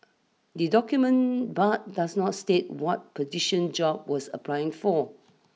the document but does not state what position job was applying for